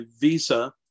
Visa